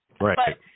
Right